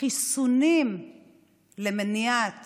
החיסון למניעת